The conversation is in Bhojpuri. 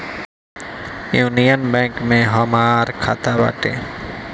यूनियन बैंक में हमार खाता बाटे